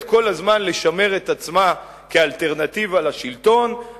כל הזמן לשמר את עצמה כאלטרנטיבה לשלטון.